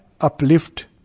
uplift